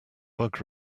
bug